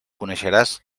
coneixeràs